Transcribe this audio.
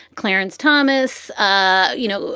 clarence thomas. ah you know,